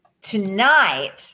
Tonight